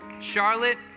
Charlotte